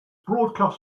broadcast